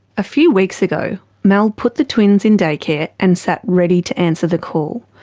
a few weeks ago, mel put the twins in daycare and sat ready to answer the call.